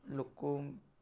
ଲୋକ୍କୁଁ